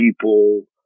people